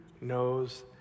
knows